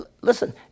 listen